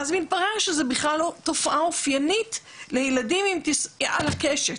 ואז מתברר שזה בכלל לא תופעה אופיינית לילדים על הקשת,